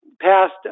passed